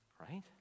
right